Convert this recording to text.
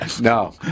No